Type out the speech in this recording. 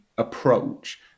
approach